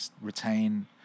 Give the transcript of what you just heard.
retain